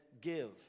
give